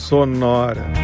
Sonora